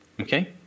okay